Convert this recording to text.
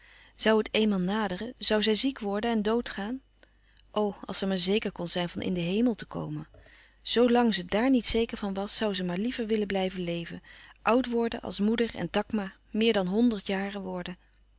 zoû het eenmaal naderen zoû zij ziek worden en dood gaan o als ze maar zeker kon zijn van in den hemel te komen zoo lang ze daar niet zeker van was zoû ze maar liever willen blijven leven oud worden als moeder en takma meer dan honderd jaren worden